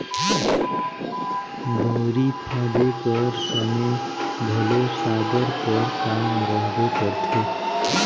दउंरी फादे कर समे घलो साबर कर काम रहबे करथे